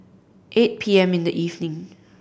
eight P M in the evening